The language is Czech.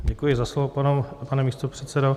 Děkuji za slovo, pane místopředsedo.